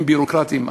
הם ביורוקרטים,